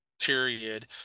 period